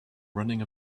running